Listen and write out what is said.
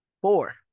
Four